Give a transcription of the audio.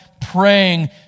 praying